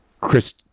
Chris